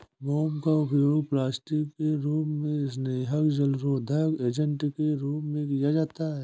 मोम का उपयोग प्लास्टिक के रूप में, स्नेहक, जलरोधक एजेंट के रूप में किया जाता है